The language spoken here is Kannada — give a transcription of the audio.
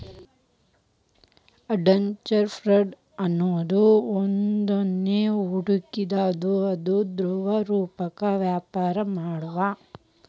ಹೆಡ್ಜ್ ಫಂಡ್ ಅನ್ನೊದ್ ಒಂದ್ನಮನಿ ಹೂಡ್ಕಿ ಅದ ಅದು ದ್ರವರೂಪ್ದಾಗ ವ್ಯಾಪರ ಮಾಡ್ತದ